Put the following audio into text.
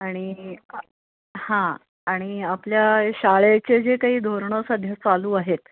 आणि हां आणि आपल्या शाळेचे जे काही धोरणं सध्या चालू आहेत